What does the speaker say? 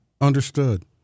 Understood